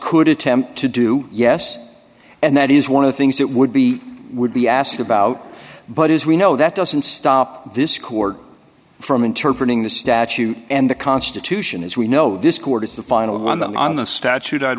could attempt to do yes and that is one of the things that would be would be asked about but as we know that doesn't stop this court from inter breeding the statute and the constitution as we know this court is the final one on the statute i